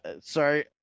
Sorry